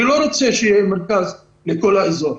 אני לא רוצה שיהיה מרכז לכל האזור.